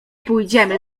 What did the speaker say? pójdziemy